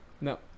No